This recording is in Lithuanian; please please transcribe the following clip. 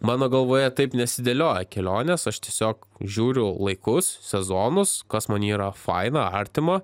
mano galvoje taip nesidėlioja kelionės aš tiesiog žiūriu laikus sezonus kas man yra faina artima